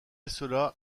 cela